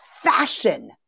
fashion